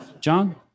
John